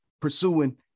pursuing